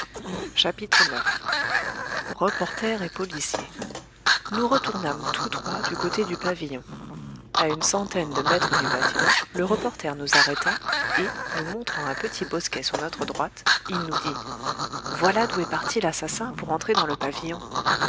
pensif rouletabille nous retournâmes tous trois du côté du pavillon à une centaine de mètres du bâtiment le reporter nous arrêta et nous montrant un petit bosquet sur notre droite il nous dit voilà d'où est parti l'assassin pour entrer dans le pavillon